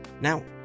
Now